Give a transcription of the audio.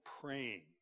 praying